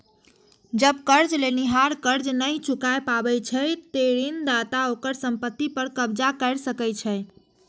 जब कर्ज लेनिहार कर्ज नहि चुका पाबै छै, ते ऋणदाता ओकर संपत्ति पर कब्जा कैर सकै छै